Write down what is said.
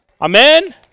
amen